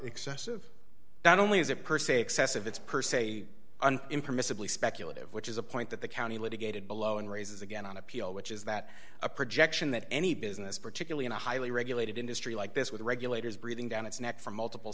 excessive not only is it per se excessive it's per se an impermissibly speculative which is a point that the county litigated below and raises again on appeal which is that a projection that any business particularly in a highly regulated industry like this with regulators breathing down its neck from multiple